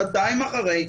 שנתיים אחרי,